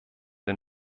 den